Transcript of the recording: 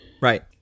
Right